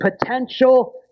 potential